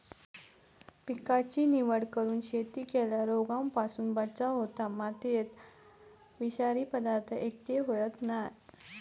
पिकाची निवड करून शेती केल्यार रोगांपासून बचाव होता, मातयेत विषारी पदार्थ एकटय होयत नाय